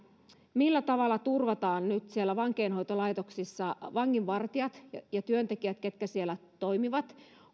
millä tavalla turvataan nyt siellä vankeinhoitolaitoksissa vanginvartijat ja ja työntekijät ketkä siellä toimivat